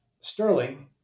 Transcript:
Sterling